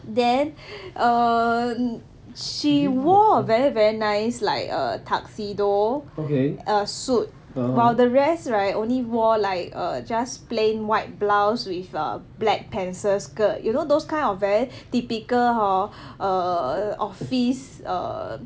then err she wore very very nice like a tuxedo err suit while the rest right only wore like a just plain white blouse with a black pencil skirt you know those kind of very typical hor err office err